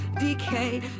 decay